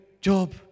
job